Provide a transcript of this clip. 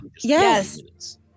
Yes